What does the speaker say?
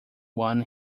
one